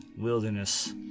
wilderness